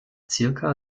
zirka